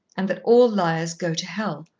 and that all liars go to hell.